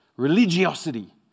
religiosity